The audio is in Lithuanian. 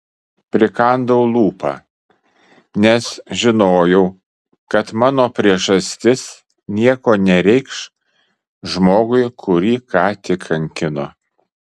prikandau lūpą nes žinojau kad mano priežastis nieko nereikš žmogui kurį ką tik kankino